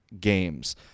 games